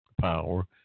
power